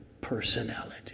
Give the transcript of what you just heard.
personality